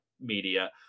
media